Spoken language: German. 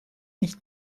nicht